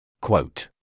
Quote